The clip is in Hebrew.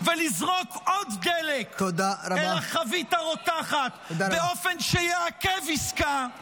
ולזרוק עוד דלק אל חבית הרותחת באופן שיעכב עסקה -- תודה.